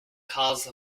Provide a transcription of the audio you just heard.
cause